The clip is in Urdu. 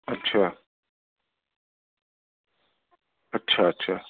اچھا اچھا اچھا